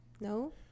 No